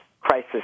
crisis